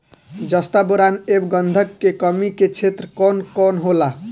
जस्ता बोरान ऐब गंधक के कमी के क्षेत्र कौन कौनहोला?